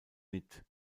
mit